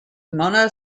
mona